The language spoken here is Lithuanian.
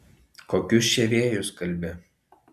kokius čia vėjus kalbi